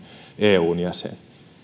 eun jäsen